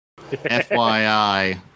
FYI